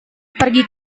pergi